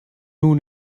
nur